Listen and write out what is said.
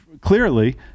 clearly